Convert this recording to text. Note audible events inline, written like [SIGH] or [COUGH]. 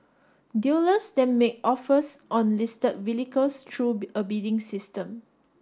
dealers then make offers on listed vehicles through [UNINTELLIGIBLE] a bidding system